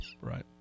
right